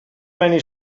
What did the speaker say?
meine